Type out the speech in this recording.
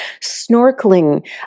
snorkeling